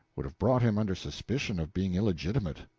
would have brought him under suspicion of being illegitimate.